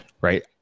right